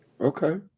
okay